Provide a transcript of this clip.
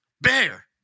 BEAR